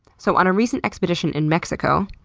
so on a recent expedition in mexico.